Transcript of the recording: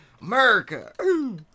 America